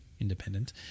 independent